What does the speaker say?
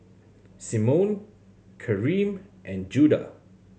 Simone Karyme and Judah